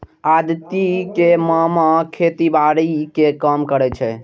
अदिति के मामा खेतीबाड़ी के काम करै छै